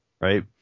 Right